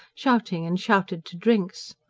shouting and shouted to drinks.